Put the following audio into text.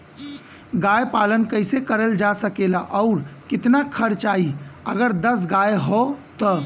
गाय पालन कइसे करल जा सकेला और कितना खर्च आई अगर दस गाय हो त?